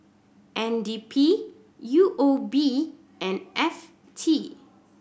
N D P U O B and F T